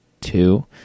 two